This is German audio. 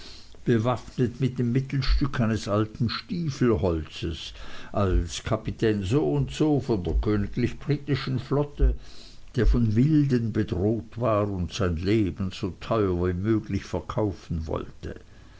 bewaffnet mit dem mittelstück eines alten stiefelholzes als kapitän soundso von der königlich britischen flotte der von wilden bedroht war und sein leben so teuer wie möglich verkaufen wollte